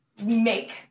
make